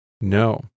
No